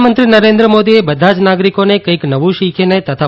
પ્રધાનમંત્રી નરેન્દ્ર મોદીએ બધા જ નાગરિકોને કંઇક નવું શીખીને તથા